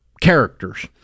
characters